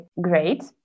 great